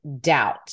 doubt